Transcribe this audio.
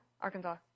Arkansas